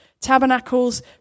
tabernacles